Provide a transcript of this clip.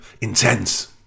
intense